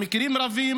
במקרים רבים